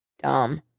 Dumb